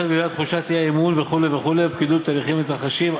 הולכת וגדלה תחושת האי-אמון וכו' וכו' בפקידות ובתהליכים המתרחשים.